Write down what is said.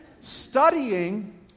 Studying